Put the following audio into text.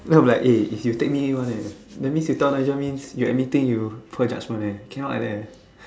no I'm like eh is you take me one eh that means you tell Nigel means you admitting you poor judgement eh cannot like that eh